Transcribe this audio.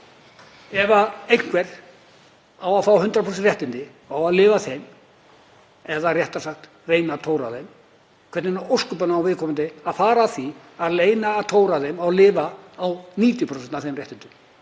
Ef einhver á að fá 100% réttindi og á að lifa á þeim, eða réttara sagt reyna að tóra á þeim, hvernig í ósköpunum á viðkomandi að fara að því að reyna að tóra á þeim og lifa á 90% af þeim réttindum